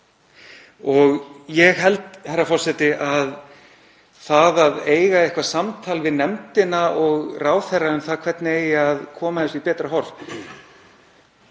Mér finnst, herra forseti, það að eiga eitthvert samtal við nefndina og ráðherra um það hvernig eigi að koma þessu í betra horf